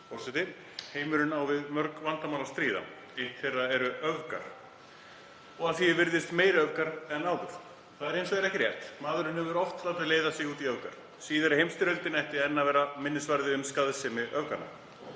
Forseti. Heimurinn á við mörg vandamál að stríða. Eitt þeirra eru öfgar og að því er virðist meiri öfgar en áður. Það er hins vegar ekki rétt. Maðurinn hefur oft látið leiða sig út í öfgar. Síðari heimsstyrjöldin ætti enn að vera minnisvarði um skaðsemi öfganna.